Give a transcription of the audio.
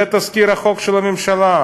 זה תזכיר חוק של הממשלה.